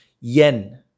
yen